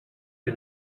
que